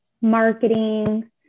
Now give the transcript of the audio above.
marketing